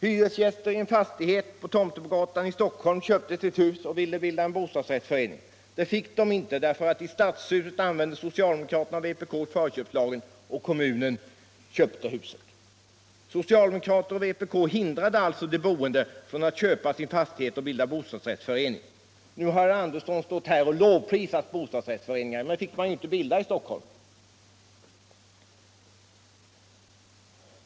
Hyresgäster i en fastighet på Tomtebogatan i Stockholm köpte sitt hus och ville bilda en bostadsrättsförening. Det fick de inte därför att i stadshuset använde socialdemokrater och vpk förköpslagen och kommunen köpte huset. Socialdemokrater och vpk hindrade alltså de boende att köpa sin fastighet och bilda en bostadsrättsförening. Herr Andersson har stått här i dag och lovprisat bostadsrättsföreningar, men sådana fick man ju inte bilda i Stockholm!